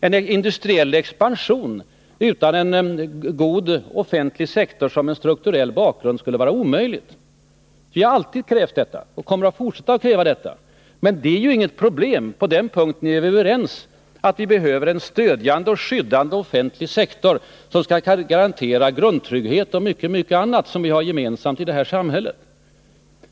En industriell expansion utan en god offentlig sektor som en strukturell bakgrund skulle vara omöjlig. Vi har alltid krävt det och kommer att fortsätta att kräva det. Men det är inget problem — vi är överens om att vi behöver en stödjande och skyddande offentlig sektor som kan garantera grundtrygghet och mycket annat som vi har gemensamt i det här samhället.